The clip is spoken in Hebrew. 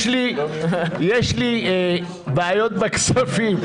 יש לי בעיות בכספים.